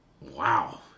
Wow